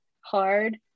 hard